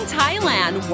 Thailand